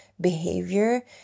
behavior